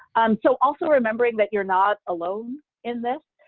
so also remembering that you're not alone in this.